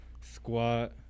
squat